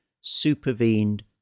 supervened